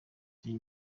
uyu